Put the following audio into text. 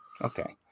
okay